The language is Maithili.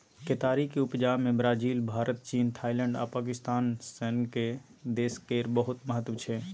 केतारीक उपजा मे ब्राजील, भारत, चीन, थाइलैंड आ पाकिस्तान सनक देश केर बहुत महत्व छै